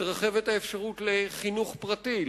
מתרחבת האפשרות לחינוך פרטי,